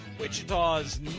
Wichita's